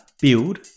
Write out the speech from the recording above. build